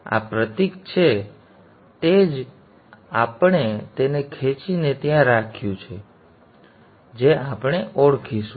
આ પ્રતીક છે અને તે જ છે જે આપણે તેને ખેંચીને ત્યાં રાખ્યું છે તે પ્રતીક છે જે આપણે ઓળખીશું